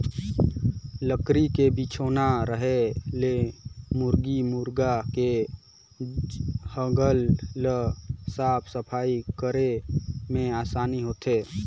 लकरी के बिछौना रहें ले मुरगी मुरगा के हगल ल साफ सफई करे में आसानी होथे